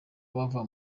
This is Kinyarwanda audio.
bava